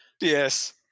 Yes